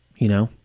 you know,